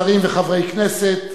שרים וחברי כנסת,